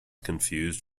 confused